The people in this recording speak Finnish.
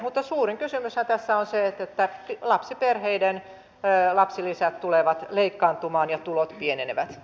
mutta suurin kysymyshän tässä on se että lapsiperheiden lapsilisät tulevat leikkaantumaan ja tulot pienenevät